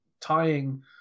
tying